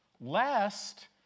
lest